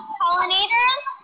pollinators